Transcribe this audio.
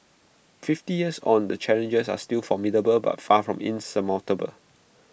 fifty years on the challenges are still formidable but far from insurmountable